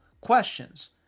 questions